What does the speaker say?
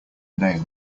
nail